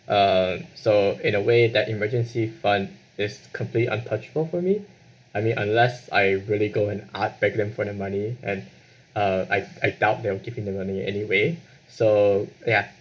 uh so in a way that emergency fund is completely untouchable for me I mean unless I really go and ask beg them for the money and uh I I doubt they'll give me the money anyway so ya